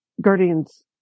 Guardians